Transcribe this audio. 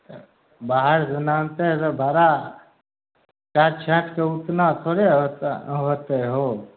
तऽ बाहर से लानते है तऽ बड़ा काट छाँटके ओतना थोड़े होता होतै हो